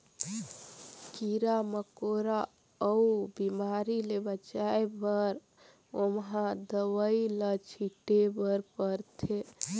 कीरा मकोरा अउ बेमारी ले बचाए बर ओमहा दवई ल छिटे बर परथे